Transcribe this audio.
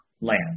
land